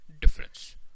difference